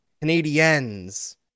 Canadians